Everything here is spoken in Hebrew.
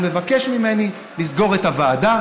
הוא מבקש ממני לסגור את הוועדה,